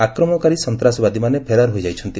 ଆକ୍ରମଣକାରୀ ସନ୍ତାସବାଦୀମାନେ ଫେରାର ହୋଇଯାଇଛନ୍ତି